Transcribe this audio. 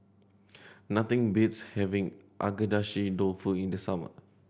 nothing beats having Agedashi Dofu in the summer